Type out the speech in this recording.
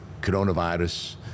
coronavirus